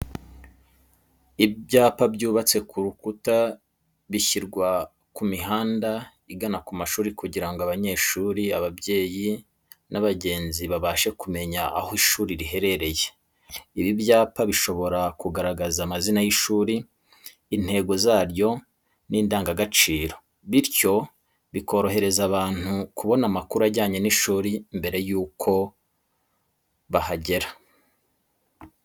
Ibyapa byubatse nk'urukuta bishyirwa ku mihanda igana ku mashuri kugira ngo abanyeshuri, ababyeyi, n'abagenzi babashe kumenya aho ishuri riherereye. Ibi byapa bishobora kugaragaza amazina y'ishuri, intego zaryo, n'indangagaciro, bityo bikorohereza abantu kubona amakuru ajyanye n'ishuri mbere yo kuhagera.